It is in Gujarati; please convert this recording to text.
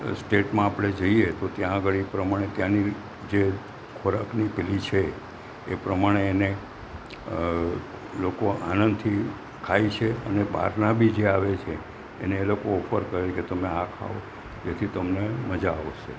સ્ટેટમાં આપણે જઈએ તો ત્યાં આગળ એ પ્રમાણે ત્યાંની જે ખોરાકની પેલી છે એ પ્રમાણે એને લોકો આનંદથી ખાય છે અને બહારના બી જે આવે છે એને લોકો ઓફર કરે કે તમે આ ખાઓ જેથી તમને મજા આવશે